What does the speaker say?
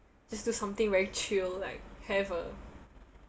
just do something very chill like have a